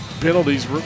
penalties